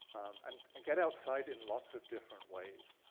and and get outside in lots of different ways.